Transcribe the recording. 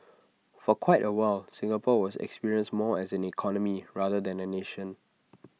for quite A while Singapore was experienced more as an economy rather than A nation